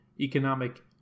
economic